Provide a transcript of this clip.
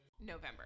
November